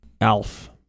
Alf